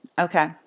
Okay